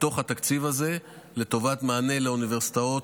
מתוך התקציב הזה לטובת מענה לאוניברסיטאות